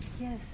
Yes